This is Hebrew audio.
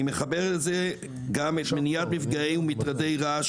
אני מחבר לזה גם את מניעת מפגעים ומטרדי רעש,